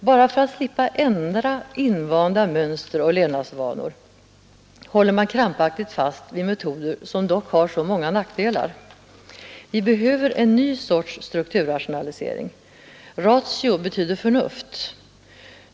Bara för att slippa ändra invanda mönster och levnadsvanor håller man krampaktigt fast vid metoder som dock har så många nackdelar. Vi behöver en ny sorts strukturrationalisering. Ratio betyder förnuft.